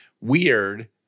weird